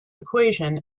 equation